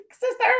sister